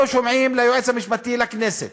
לא שומעים ליועץ המשפטי לכנסת,